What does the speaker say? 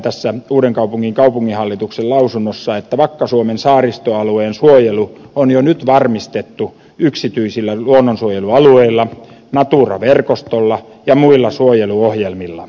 tässä uudenkaupungin kaupunginhallituksen lausunnossa todetaan että vakka suomen saaristoalueen suojelu on jo nyt varmistettu yksityisillä luonnonsuojelualueilla natura verkostolla ja muilla suojeluohjelmilla